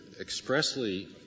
expressly